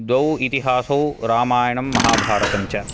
द्वौ इतिहासौ रामायणं महाभारतञ्च